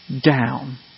down